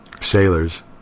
sailors